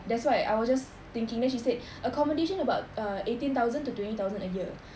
that's why I was just thinking then she said accommodation about uh eighteen thousand to twenty thousand a year